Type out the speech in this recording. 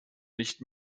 nicht